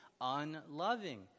unloving